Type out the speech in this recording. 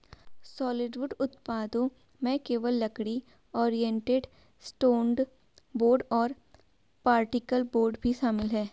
solid wood उत्पादों में केवल लकड़ी, ओरिएंटेड स्ट्रैंड बोर्ड और पार्टिकल बोर्ड भी शामिल है